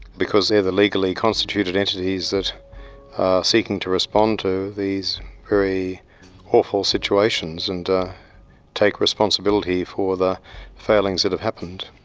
because they're the legally constituted entities that are seeking to respond to these very awful situations and take responsibility for the failings that have happened.